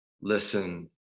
listen